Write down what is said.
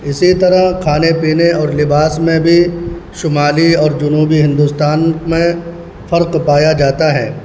اسی طرح کھانے پینے اور لباس میں بھی شمالی اور جنوبی ہندوستان میں فرق پایا جاتا ہے